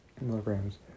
Milligrams